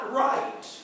right